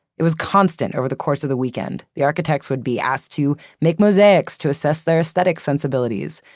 it was constant over the course of the weekend. the architects would be asked to make mosaics, to assess their aesthetic sensibilities,